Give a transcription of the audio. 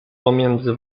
pomiędzy